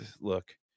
Look